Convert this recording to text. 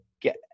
get